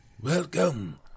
Welcome